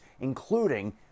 including